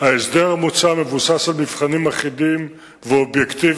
ההסדר המוצע מבוסס על מבחנים אחידים ואובייקטיביים.